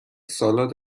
سالاد